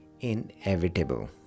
inevitable